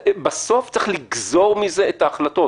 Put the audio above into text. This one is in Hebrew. בסוף צריך לגזור מזה את ההחלטות.